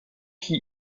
qui